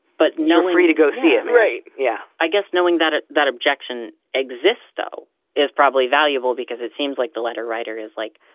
but no, free to go see it. right. yeah i guess knowing that that objection exists though is probably valuable because it seems like the letter writer is like.